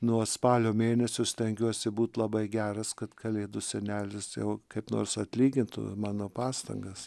nuo spalio mėnesio stengiuosi būt labai geras kad kalėdų senelis jau kaip nors atlygintų mano pastangas